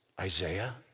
Isaiah